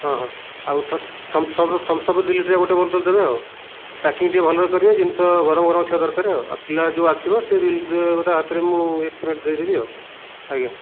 ହଁ ହଁ ଆଉ ଥମସପ୍ ଦୁଇ ଲିଟରିଆ ଗୋଟିଏ ବୋତଲ ଦେବେ ଆଉ ପ୍ୟାକିଂ ଟିକିଏ ଭଲରେ କରିବେ ଜିନିଷ ଗରମ ଗରମ ଥିବା ଦରକାର ଆଉ ଆଉ ପିଲା ଯେଉଁ ଆସିବ ସେ ବିଲ ତା ହାତରେ ମୁଁ ପେମେଂଟ ଦେଇ ଦେବି ଆଉ ଆଜ୍ଞା